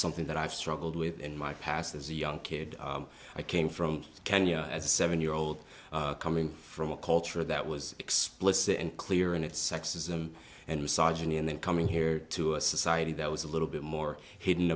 something that i've struggled with in my past as a young kid i came from kenya as a seven year old coming from a culture that was explicit and clear and it's sexism and misogyny and then coming here to a society that was a little bit more hidden